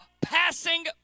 passing